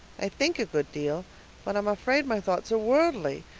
i think a good deal but i'm afraid my thoughts are worldly.